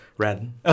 red